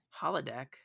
holodeck